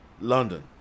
London